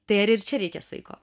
tai ar ir čia reikia saiko